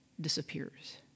disappears